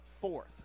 fourth